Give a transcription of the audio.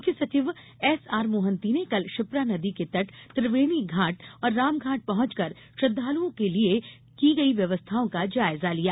मुख्य सचिव एसआर मोहंती ने कल क्षिप्रा नदी के तट त्रिवेणी घाट और रामघाट पहँचकर श्रद्दालुओं के लिये की गई व्यवस्थाओं का जायजा लिया